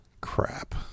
Crap